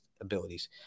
abilities